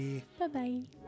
Bye-bye